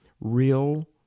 real